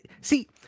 See